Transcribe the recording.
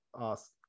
ask